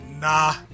nah